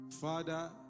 Father